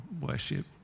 worship